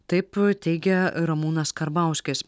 taip teigia ramūnas karbauskis